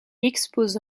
expose